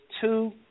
two